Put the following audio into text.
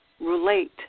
relate